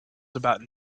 about